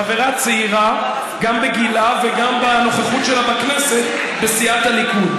חברה צעירה גם בגילה וגם בנוכחות שלה בכנסת בסיעת הליכוד,